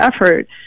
effort